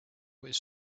was